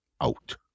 out